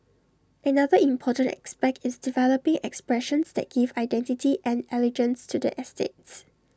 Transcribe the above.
another important aspect is developing expressions that give identity and elegance to the estates